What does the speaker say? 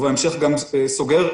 ובהמשך גם סוגר,